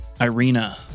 Irina